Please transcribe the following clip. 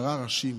עשרה ראשים.